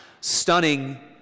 stunning